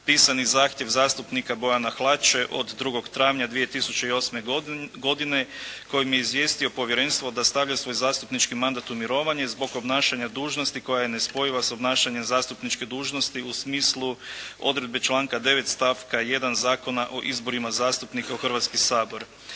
pisani zahtjev zastupnika Bojana Hlače od 2. travnja 2008. godine kojim je izvijestio povjerenstvo da stavlja svoj zastupnički mandat u mirovanje zbog obnašanja dužnosti koja je nespojiva s obnašanjem zastupničke dužnosti u smislu odredbe članka 9. stavka 1. Zakona o izborima zastupnika u Hrvatski sabor.